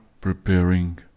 preparing